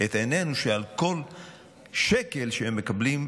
את עינינו שעל כל שקל שהם מקבלים,